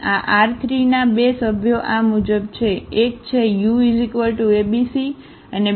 તેથી આ R3 ના 2 સભ્યો આ મુજબ છે એક છે uabc અને બીજું છે vabc